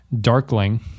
Darkling